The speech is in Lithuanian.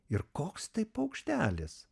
ir koks tai paukštelis